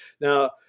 Now